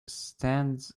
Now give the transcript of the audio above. stands